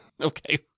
Okay